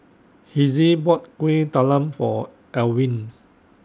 Hezzie bought Kuih Talam For Alwine